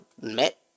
met